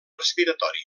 respiratori